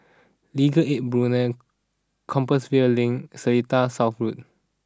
Legal Aid Bureau Compassvale Link Seletar South Road